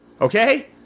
Okay